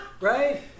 Right